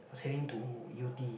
was heading to Yew-Tee